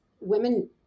women